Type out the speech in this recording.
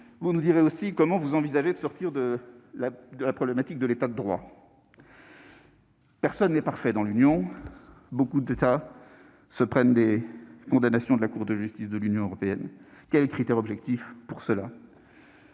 Vous nous direz également comment vous envisagez de sortir de la problématique de l'État de droit. Personne n'est parfait dans l'Union, beaucoup d'États se voient infliger des condamnations par la Cour de justice de l'Union européenne. Quels critères objectifs retenir